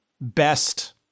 best